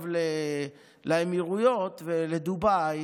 לאמירויות ולדובאי